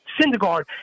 Syndergaard